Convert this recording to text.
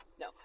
No